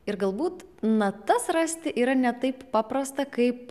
ir galbūt natas rasti yra ne taip paprasta kaip